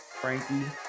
Frankie